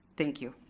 thank you.